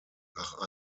nach